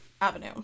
avenue